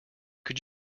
could